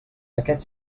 aquest